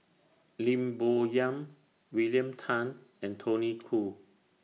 Lim Bo Yam William Tan and Tony Khoo